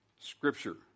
Scripture